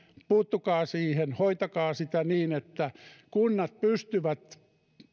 puuttukaa siihen hoitakaa sitä niin että kunnat pystyvät